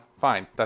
fine